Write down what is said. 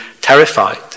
terrified